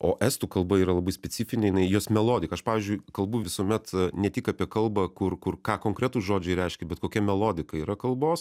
o estų kalba yra labai specifinė jinai jos melodika aš pavyzdžiui kalbu visuomet ne tik apie kalbą kur kur ką konkretūs žodžiai reiškia bet kokia melodika yra kalbos